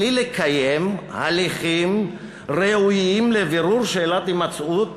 בלי לקיים הליכים ראויים לבירור שאלת הימצאות